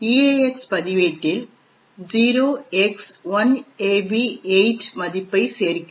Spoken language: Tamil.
எக்ஸ் பதிவேட்டில் 0x1AB8 மதிப்பைச் சேர்க்கிறோம்